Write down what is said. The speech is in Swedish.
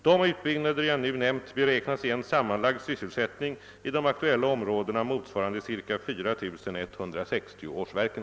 De utbyggnader jag nu nämnt beräknas ge en sammanlagd sysselsättning i de aktuella områdena motsvarande ca 4160 årsverken.